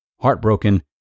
Heartbroken